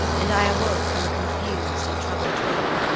and i awoke from a confused and troubled dream,